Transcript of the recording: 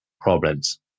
problems